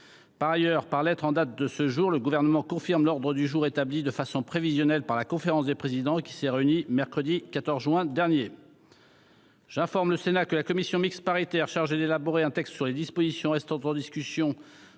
Par ailleurs, par lettre en date de ce jour, le Gouvernement confirme l'ordre du jour établi de façon prévisionnelle par la conférence des présidents qui s'est réunie mercredi 14 juin dernier. J'informe le Sénat que la commission mixte paritaire chargée d'élaborer un texte sur les dispositions restant en discussion